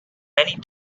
many